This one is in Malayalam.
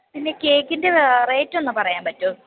പിന്നെ കേക്കിൻ്റെ റേറ്റൊന്ന് പറയാൻ പറ്റുമോ